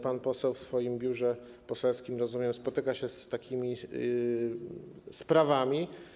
Pan poseł w swoim biurze poselskim, rozumiem, spotyka się z takimi sprawami.